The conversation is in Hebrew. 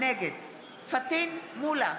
נגד פטין מולא,